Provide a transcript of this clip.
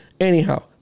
Anyhow